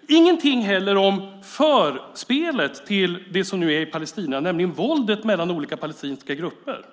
Det står heller ingenting om förspelet till den situation som nu råder i Palestina, nämligen våldet mellan olika palestinska grupper.